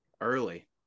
early